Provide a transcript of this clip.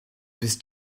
bist